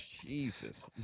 Jesus